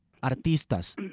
artistas